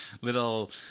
little